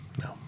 no